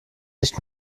nicht